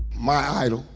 my idol?